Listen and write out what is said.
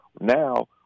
now